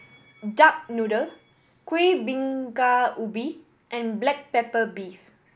duck noodle Kueh Bingka Ubi and black pepper beef